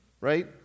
right